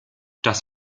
dass